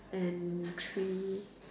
and three